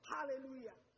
Hallelujah